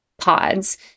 pods